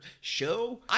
show